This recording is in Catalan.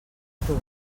geltrú